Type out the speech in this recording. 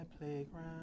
playground